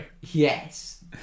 Yes